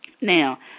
Now